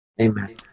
Amen